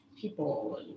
people